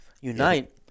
unite